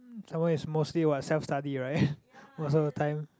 that one is mostly what self study [right] most of the time